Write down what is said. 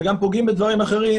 ופוגעים בחוקים אחרים